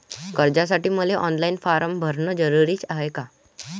कर्जासाठी मले ऑनलाईन फारम भरन जरुरीच हाय का?